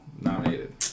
nominated